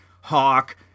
Hawk